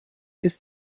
ist